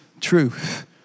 truth